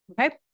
Okay